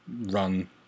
run